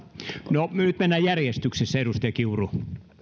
nyt mennään järjestyksessä edustaja kiuru